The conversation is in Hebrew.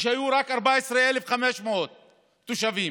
כשהיו רק 14,500 תושבים,